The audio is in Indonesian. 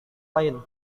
lain